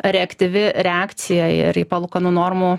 reaktyvi reakcija ir į palūkanų normų